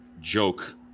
joke